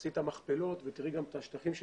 תעשי את המכפלות ותראי גם את השטחים שנשרפים.